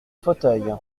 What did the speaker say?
fauteuil